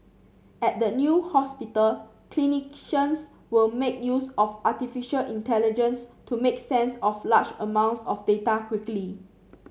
at the new hospital clinicians will make use of artificial intelligence to make sense of large amounts of data quickly